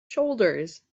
shoulders